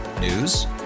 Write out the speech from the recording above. News